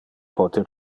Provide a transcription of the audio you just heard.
pote